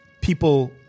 People